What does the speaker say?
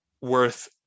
worth